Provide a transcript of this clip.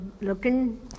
looking